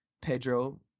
Pedro